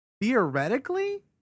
theoretically